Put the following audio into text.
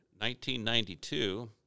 1992